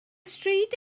stryd